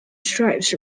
stripes